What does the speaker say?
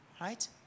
Right